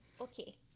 okay